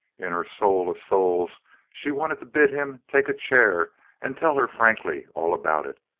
in her soul of souls she wanted to bid him take a chair and tell her frankly all about it,